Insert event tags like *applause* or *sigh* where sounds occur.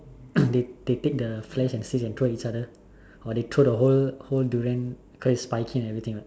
*coughs* they they take the flesh and seeds and throw each other or they throw the whole whole durian cause it's spiky and everything [what]